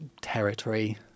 territory